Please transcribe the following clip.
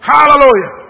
Hallelujah